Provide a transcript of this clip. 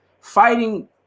fighting